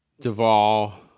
Duvall